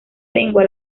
lengua